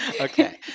Okay